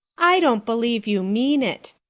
i don't believe you mean it,